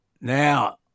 Now